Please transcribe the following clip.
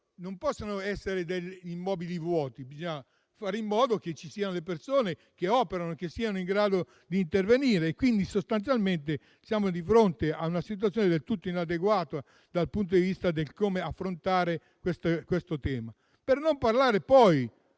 non possono essere immobili vuoti, ma bisogna fare in modo che ci siano persone che operano e siano in grado di intervenire, quindi siamo di fronte a una situazione del tutto inadeguata quanto al modo in cui affrontare questo tema. Per non parlare poi